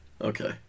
okay